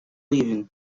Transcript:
leaving